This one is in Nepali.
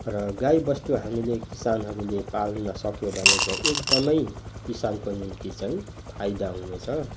र गाईबस्तु हामीले किसानहरूले पाल्नसक्यो भने चाहिँ एकदमै किसानको निम्ति चाहिँ फाइदा हुनेछ